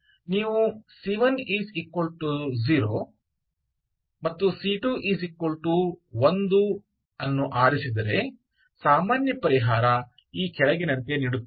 ನೀವು c10c21 ಅನ್ನು ಆರಿಸಿದರೆ ಸಾಮಾನ್ಯ ಪರಿಹಾರ ಈ ಕೆಳಗಿನಂತೆ ನೀಡುತ್ತದೆ